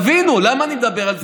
תבינו, למה אני מדבר על זה?